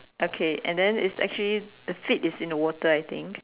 okay and then is actually the seat is in the water I think